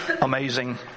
amazing